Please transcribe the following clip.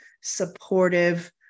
supportive